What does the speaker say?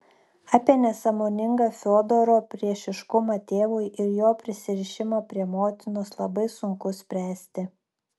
apie nesąmoningą fiodoro priešiškumą tėvui ir jo prisirišimą prie motinos labai sunku spręsti